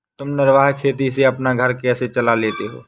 तुम निर्वाह खेती से अपना घर कैसे चला लेते हो?